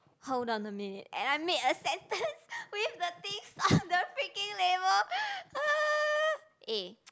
hold on a minute and I make a sentence with the things on the freaking label eh